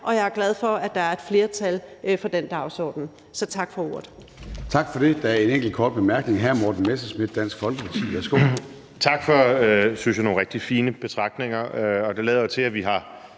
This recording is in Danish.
og jeg er glad for, at der er et flertal for den dagsorden. Tak for ordet.